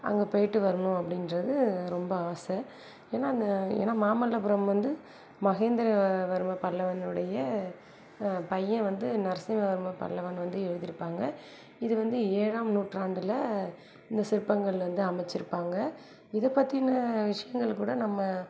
அங்கே போய்ட்டு வரணும் அப்படின்றது ரொம்ப ஆசை ஏன்னால் அங்கே ஏன்னால் மாமல்லபுரம் வந்து மகேந்திர வர்ம பல்லவனுடைய பையன் வந்து நரசிம்ம பல்லவன் வந்து எழுதியிருப்பாங்க இது வந்து ஏழாம் நூற்றாண்டில் இந்த சிற்பங்கள் வந்து அமைச்சிருப்பாங்க இதை பற்றின விஷயங்கள் கூட நம்ம